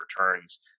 returns